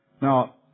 Now